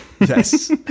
Yes